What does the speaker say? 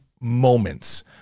moments